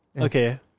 Okay